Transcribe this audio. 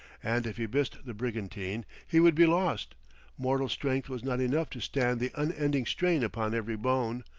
and if he missed the brigantine he would be lost mortal strength was not enough to stand the unending strain upon every bone,